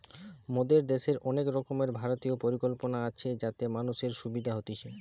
মোদের দ্যাশের অনেক রকমের ভারতীয় পরিকল্পনা আছে যাতে মানুষের সুবিধা হতিছে